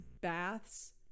baths